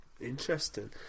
Interesting